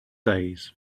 days